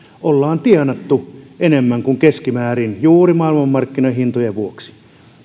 ollaan tienattu enemmän kuin keskimäärin juuri maailmanmarkkinahintojen vuoksi